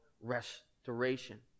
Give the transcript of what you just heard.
restoration